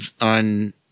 on